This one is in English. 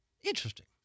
Interesting